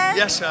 yes